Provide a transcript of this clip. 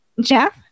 Jeff